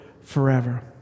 forever